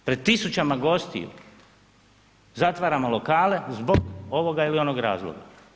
Pred tisućama gostiju zatvaramo lokale zbog ovoga ili onoga razloga.